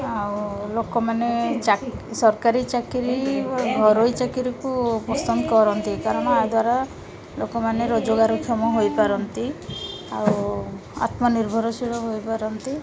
ଆଉ ଲୋକମାନେ ସରକାରୀ ଚାକିରି ଘରୋଇ ଚାକିରିକୁ ପସନ୍ଦ କରନ୍ତି କାରଣ ଏହା ଦ୍ୱାରା ଲୋକମାନେ ରୋଜଗାରକ୍ଷମ ହୋଇପାରନ୍ତି ଆଉ ଆତ୍ମନିର୍ଭରଶୀଳ ହୋଇପାରନ୍ତି ଆଉ